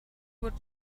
would